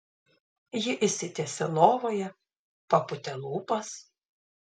ji išsitiesė lovoje papūtė lūpas